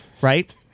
right